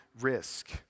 risk